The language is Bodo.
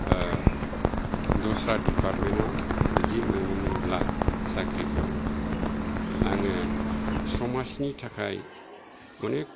दस्रा दिर्फातमेनाव बिदि मोनोमोनब्ला साख्रिखौ आङो समाजनि थाखाय अनेख